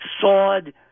sawed